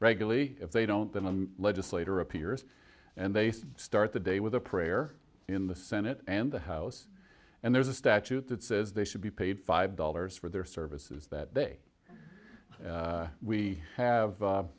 regularly if they don't get a legislator appears and they start the day with a prayer in the senate and the house and there's a statute that says they should be paid five dollars for their services that day we have